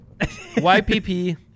YPP